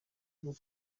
bwo